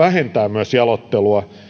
myös vähentää jaloittelua